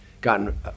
gotten